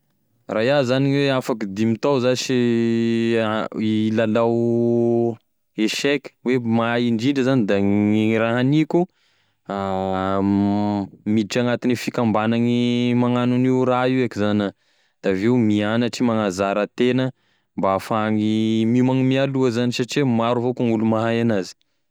Raha iaho zany ny hoe afaky tao zash ha- hilalao echec hoe mahay indrindra zany da gne raha haniko da miditry agnatine fikambanane magnano an'io raha io eky zany ah da aveo miagnatry magnazara tegna mba ahafahagny miomagny mialoha zany satria maro avao koa gn'olo mahay anazy.